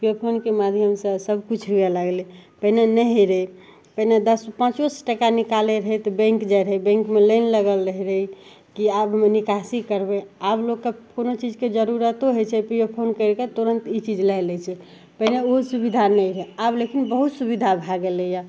पे फोनके माध्यमसे सबकिछु हुए लागलै पहिले नहि रहै पहिले दस पाँचो सओ टका निकालै रहै तऽ बैँक जाइ रहै बैँकमे लाइन लागल रहै रहै कि आब निकासी करबै आब लोकके कोनो चीजके जरूरतो होइ छै पेओ फोन करिके तुरन्त ई चीज लै लए छै पहिने ओ सुविधा नहि रहै आब लेकिन बहुत सुविधा भै गेलैए